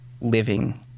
living